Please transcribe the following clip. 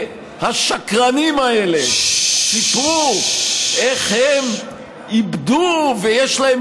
והשקרנים האלה סיפרו איך הם עיבדו ויש להם